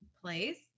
place